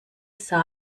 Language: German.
sah